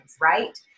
right